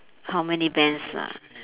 how many vans ah